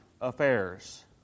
affairs